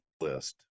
list